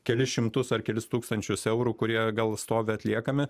kelis šimtus ar kelis tūkstančius eurų kurie gal stovi atliekami